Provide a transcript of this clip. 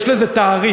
יש לזה תאריך,